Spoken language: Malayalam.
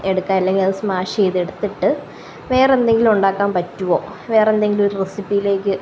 എടുക്കാം അല്ലെങ്കിൽ അത് സ്മാഷ് ചെയ്ത് എടുത്തിട്ട് വേറെന്തെങ്കിലും ഉണ്ടാക്കാന് പറ്റുമോ വേറെന്തെങ്കിലും ഒരു റെസിപ്പിയിലേക്ക്